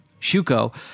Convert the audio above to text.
Shuko